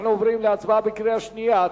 אנחנו עוברים להצבעה בקריאה השנייה.